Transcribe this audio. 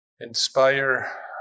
inspire